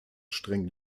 streng